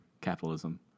Capitalism